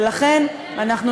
ולכן, אנחנו